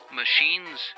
machines